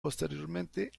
posteriormente